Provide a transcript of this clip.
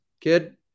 kid